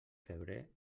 febrer